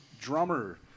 Drummer